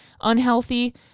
unhealthy